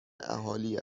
اهالی